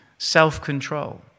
self-control